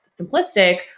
simplistic